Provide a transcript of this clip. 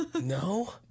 No